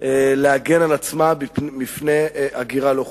להגן על עצמה מפני הגירה לא חוקית.